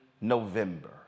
November